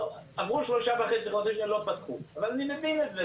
אמרו שלושה וחצי חודשים ולא פתחו אבל אני מבין את זה.